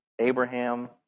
Abraham